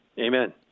Amen